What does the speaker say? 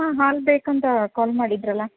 ಹಾಂ ಹಾಲು ಬೇಕು ಅಂತ ಕಾಲ್ ಮಾಡಿದ್ರಲ್ಲ